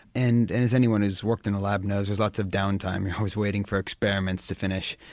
and as anyone who has worked in a lab knows, there's lots of down time, you're always waiting for experiments to finish.